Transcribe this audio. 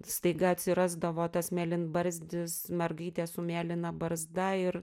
staiga atsirasdavo tas mėlynbarzdis mergaitė su mėlyna barzda ir